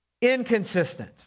inconsistent